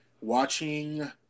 watching